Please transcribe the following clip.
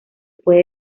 puede